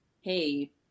hey